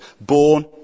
Born